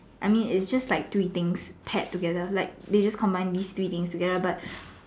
I mean it's just like three thing paired together they just combine these three things together but